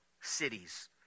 cities